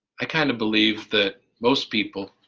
i kind of believe that most people,